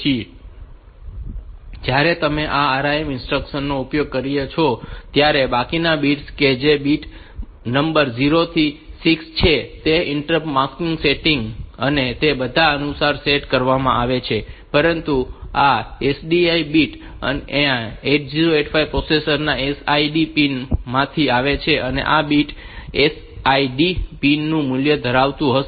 તેથી જ્યારે તમે આ RIM ઇન્સ્ટ્રક્શન્સ નો ઉપયોગ કરો છો ત્યારે આ બાકીના બિટ્સ કે જે બીટ નંબર 0 થી 6 છે તે ઇન્ટરપ્ટ માસ્ક સેટિંગ અને તે બધા અનુસાર સેટ કરવામાં આવે છે પરંતુ આ SDI બિટ્સ આ 8085 પ્રોસેસર ના SID પિન માંથી આવે છે અને આ બીટ SID પિન નું મૂલ્ય ધરાવતું હશે